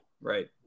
Right